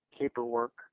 paperwork